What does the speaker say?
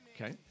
Okay